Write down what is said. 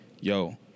yo